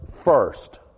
first